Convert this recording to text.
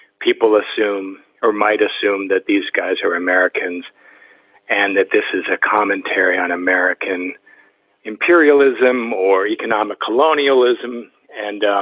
people assume or might assume that these guys are americans and that this is a commentary on american imperialism or economic colonialism and